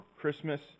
Christmas